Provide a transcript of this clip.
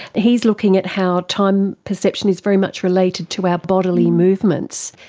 he is looking at how time perception is very much related to our bodily movements.